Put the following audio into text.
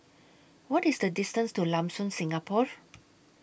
What IS The distance to Lam Soon Singapore